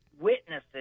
witnesses